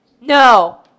no